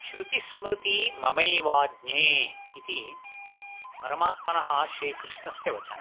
श्रुतिस्मृती ममैवाज्ञे इति परमात्मनः श्रीकृष्णस्य वचनम्